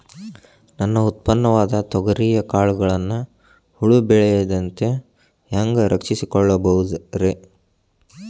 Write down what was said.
ನನ್ನ ಉತ್ಪನ್ನವಾದ ತೊಗರಿಯ ಕಾಳುಗಳನ್ನ ಹುಳ ಬೇಳದಂತೆ ಹ್ಯಾಂಗ ರಕ್ಷಿಸಿಕೊಳ್ಳಬಹುದರೇ?